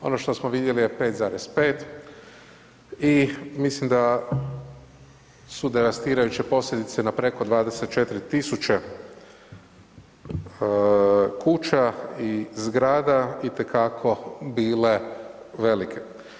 Ono što smo vidjeli je 5,5 i mislim da su devastirajuće posljedice na preko 24.000 kuća i zgrada itekako bile velike.